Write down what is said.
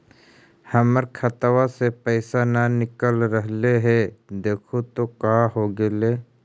हमर खतवा से पैसा न निकल रहले हे देखु तो का होगेले?